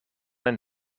een